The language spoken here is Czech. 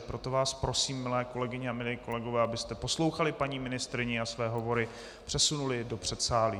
Proto vám prosím, milé kolegyně a kolegové, abyste poslouchali paní ministryni a své hovory přesunuli do předsálí.